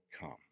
come